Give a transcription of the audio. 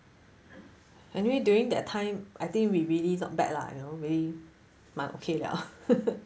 anyway during that time I think we really not bad lah you know we 蛮 okay liao